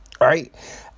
Right